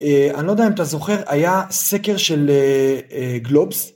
אני לא יודע אם אתה זוכר, היה סקר של גלובס.